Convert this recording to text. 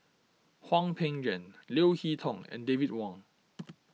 Hwang Peng Yuan Leo Hee Tong and David Wong